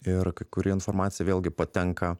ir kai kuri informacija vėlgi patenka